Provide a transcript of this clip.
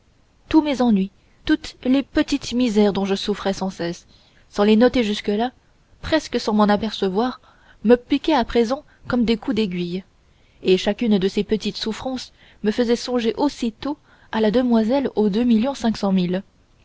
tous mes ennuis toutes les petites misères dont je souffrais sans cesse sans les noter jusque-là presque sans m'en apercevoir me piquaient à présent comme des coups d'aiguille et chacune de ces petites souffrances me faisait songer aussitôt à la demoiselle aux